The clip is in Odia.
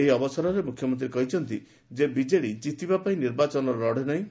ଏହି ଅବସରରେ ମୁଖ୍ୟମନ୍ତୀ କହି ଛନ୍ତି ଯେ ବିଜେଡି ଜିତିବା ପାଇଁ ନିର୍ବାଚନ ଲଢେ ନାହିଁ